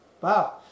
Wow